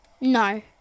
No